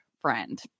friend